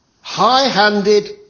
high-handed